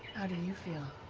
how do you feel?